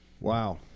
Wow